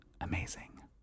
amazing